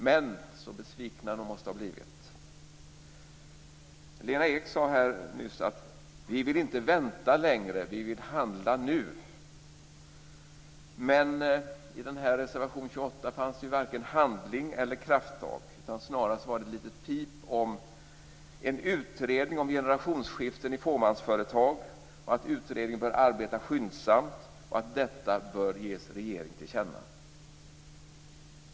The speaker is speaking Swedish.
Men så besvikna de måste ha blivit! Lena Ek sade nyss: Vi vill inte vänta längre, vi vill handla nu. Men i reservation 28 finns ju varken handling eller krafttag, snarare är det ett litet pip om en utredning om generationsskiften i fåmansföretag, att utredningen bör arbeta skyndsamt och att detta bör ges regeringen till känna.